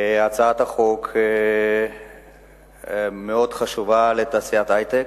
הצעת החוק מאוד חשובה לתעשיית ההיי-טק,